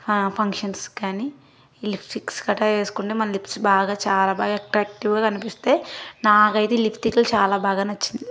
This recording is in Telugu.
ఫంక్షన్స్ కానీ ఈ లిప్స్టిక్స్ కట్టా వేసుకుంటే మన లిప్స్ బాగా చాలా బాగా ఎట్రాక్టివ్గా కనిపిస్తాయి నాకైతే ఈ లిప్స్టిక్లు చాలా బాగా నచ్చింది